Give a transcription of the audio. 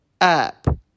up